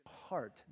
heart